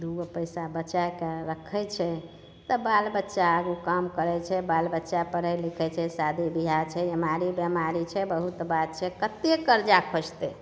दुगो पैसा बचाएके रखैत छै तऽ बालबच्चा आगू काम करैत छै बालबच्चा पढ़ै लिखै छै शादी बिआह छै एमारी बेमारी छै बहुत बात छै कतेक कर्जा खोजतै